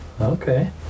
okay